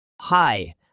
Hi